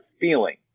feeling